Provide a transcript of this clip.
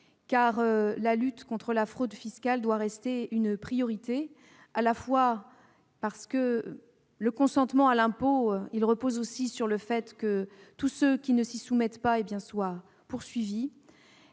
La lutte contre la fraude fiscale doit rester une priorité, à la fois parce que le consentement à l'impôt repose sur le fait que tous ceux qui ne s'y soumettent pas doivent être poursuivis